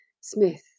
Smith